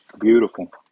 beautiful